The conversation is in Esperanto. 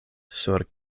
sur